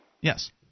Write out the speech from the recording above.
Yes